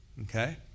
Okay